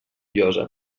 llosa